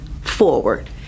forward